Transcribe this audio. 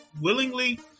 willingly